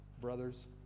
brothers